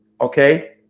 okay